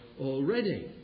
already